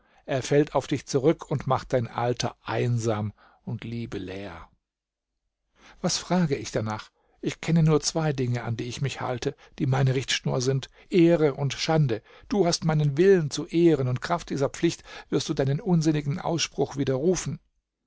er fällt auf dich zurück und macht dein alter einsam und liebeleer was frage ich danach ich kenne nur zwei dinge an die ich mich halte die meine richtschnur sind ehre und schande du hast meinen willen zu ehren und kraft dieser pflicht wirst du deinen unsinnigen ausspruch